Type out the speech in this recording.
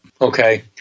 Okay